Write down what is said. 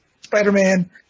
Spider-Man